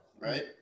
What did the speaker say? right